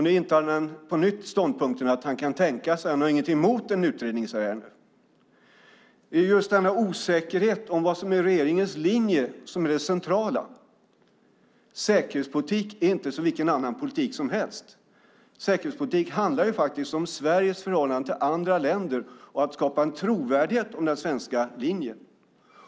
Nu intar han på nytt ståndpunkten att han inte har något emot en utredning. Det är just denna osäkerhet om vad som är regeringens linje som är det centrala. Säkerhetspolitik är inte som vilken annan politik som helst. Säkerhetspolitik handlar om Sveriges förhållande till andra länder och om att skapa trovärdighet för den svenska linjen.